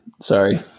Sorry